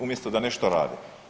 Umjesto da nešto rade.